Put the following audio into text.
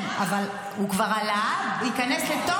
לא עלה, הוא לא עלה.